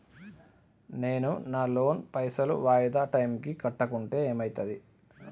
నేను నా లోన్ పైసల్ వాయిదా టైం కి కట్టకుంటే ఏమైతది?